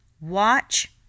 Watch